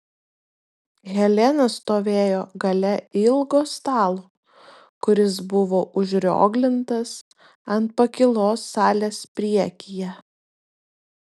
helena stovėjo gale ilgo stalo kuris buvo užrioglintas ant pakylos salės priekyje